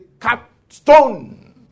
capstone